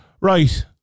Right